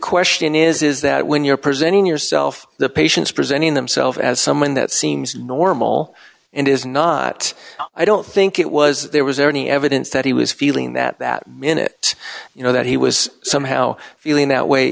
question is is that when you're presenting yourself the patients presenting self as someone that seems normal and is not i don't think it was there was any evidence that he was feeling that that minute you know that he was somehow feeling that way